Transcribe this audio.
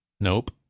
Nope